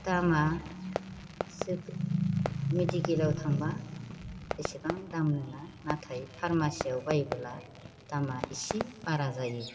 दामा मेडिकेलाव थांबा एसेबां दाम नङा नाथाय फार्मासियाव बायोबोला दामा एसे बारा जायो